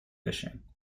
fishing